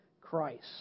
Christ